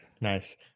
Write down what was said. Nice